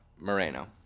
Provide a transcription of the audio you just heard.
Moreno